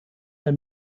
der